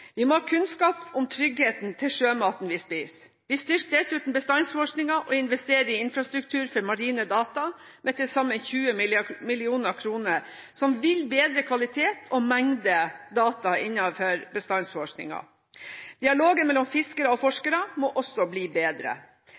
Vi må ha kunnskap om tryggheten til sjømaten vi spiser. Vi styrker dessuten bestandsforskningen og investerer i infrastruktur for marine data med til sammen 20 mill. kr, som vil bedre kvaliteten og mengden data innen bestandsforskningen. Dialogen mellom fiskere og forskere må også bli bedre.